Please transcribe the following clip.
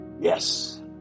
Yes